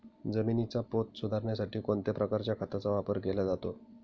जमिनीचा पोत सुधारण्यासाठी कोणत्या प्रकारच्या खताचा वापर केला जातो?